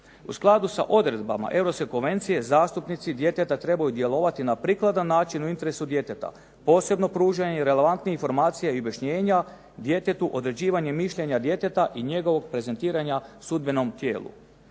U skladu sa odredbama Europske konvencije zastupnici djeteta trebaju djelovati na prikladan način u interesu djeteta, posebno pružanje relevantnih informacija i objašnjenja djetetu, određivanje mišljenja djeteta i njegovog prezentiranja sudbenom tijelu.